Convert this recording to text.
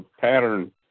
pattern